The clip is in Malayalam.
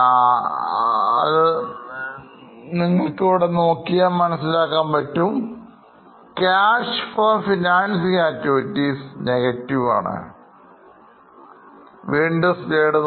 Cash from financing acativities negative ആണ്